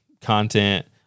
content